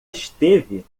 esteve